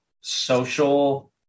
social